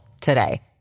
today